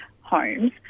homes